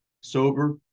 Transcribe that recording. sober